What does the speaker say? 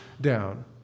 down